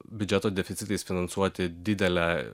biudžeto deficitais finansuoti didelę